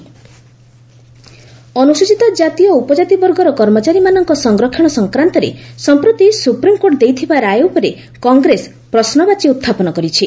Congress SC ST ଅନୁସ୍କଚିତ ଓ ଉପଜାତି ବର୍ଗର କର୍ମଚାରୀମାନଙ୍କ ସଂରକ୍ଷଣ ସଂକ୍ରାନ୍ତରେ ସଫପ୍ରତି ସୁପ୍ରିମକୋର୍ଟ ଦେଇଥିବା ରାୟ ଉପରେ କଂଗ୍ରେସ ପ୍ରଶ୍ରବାଚୀ ଉତ୍ଥାପନ କରିଛି